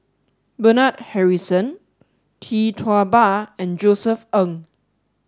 Bernard Harrison Tee Tua Ba and Josef Ng